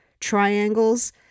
triangles